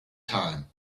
time